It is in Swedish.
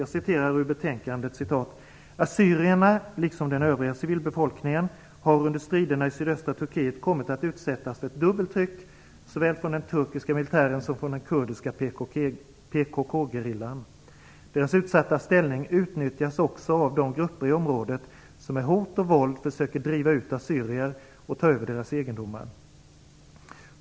Jag citerar ur betänkandet: "Assyrierna, liksom den övriga civilbefolkningen, har under striderna i sydöstra Turkiet kommit att utsättas för ett dubbelt tryck såväl från den turkiska militären som från den kurdiska PKK-gerillan. Deras utsatta ställning utnyttjas också av de grupper i området som med hot och våld försöker driva ut assyrier och ta över deras egendomar.